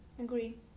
agree